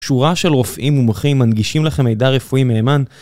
שורה של רופאים מומחים מנגישים לכם מידע רפואי מהימן.